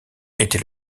était